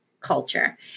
culture